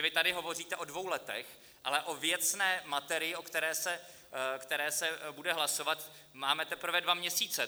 Vy tady hovoříte o dvou letech, ale o věcné materii, o které se bude hlasovat, máme teprve dva měsíce.